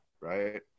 Right